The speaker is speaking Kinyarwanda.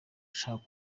bashaka